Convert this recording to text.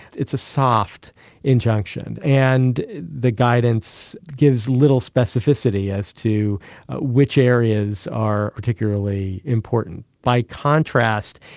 it's a soft injunction. and the guidance gives little specificity as to which areas are particularly important. by contrast,